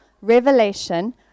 revelation